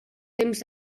temps